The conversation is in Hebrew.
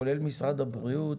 כולל משרד הבריאות,